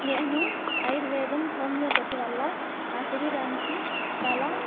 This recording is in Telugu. నేను ఆయుర్వేదం హోమియోపతి వల్ల నా శరీరానికి చాలా